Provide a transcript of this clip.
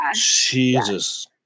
Jesus